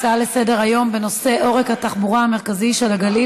הצעות לסדר-היום בנושא: עורק התחבורה המרכזי של הגליל